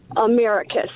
Americus